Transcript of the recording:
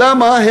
למה?